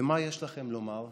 ומה יש לכם לומר?